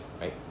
right